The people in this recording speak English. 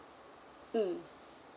mm